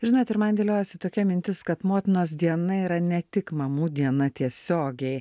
žinot ir man dėliojasi tokia mintis kad motinos diena yra ne tik mamų diena tiesiogiai